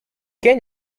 can